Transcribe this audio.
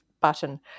button